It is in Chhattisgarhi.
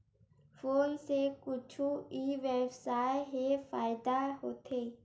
फोन से कुछु ई व्यवसाय हे फ़ायदा होथे?